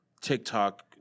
TikTok